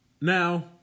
Now